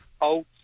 old